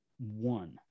One